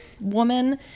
woman